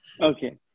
Okay